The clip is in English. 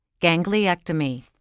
gangliectomy